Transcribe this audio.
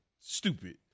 stupid